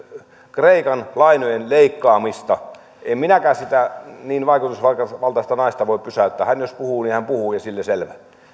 kreikan lainojen leikkaamista niin en minäkään niin vaikutusvaltaista naista voi pysäyttää hän jos puhuu niin hän puhuu ja sillä selvä